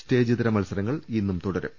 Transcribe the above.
സ്റ്റേജിതര മത്സരങ്ങൾ ഇന്നും തുടരും